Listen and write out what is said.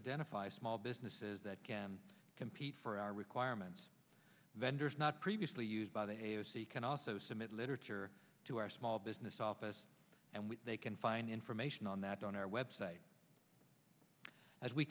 identify small businesses that can compete for our requirements vendors not previously used by the a f c can also submit literature to our small business office and when they can find information on that on our website as we